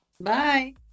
Bye